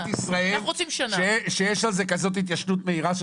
את מכירה משהו אחר במדינת ישראל שיש עליו כזאת התיישנות מהירה?